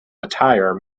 attire